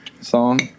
song